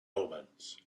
omens